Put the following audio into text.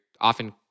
often